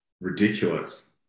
ridiculous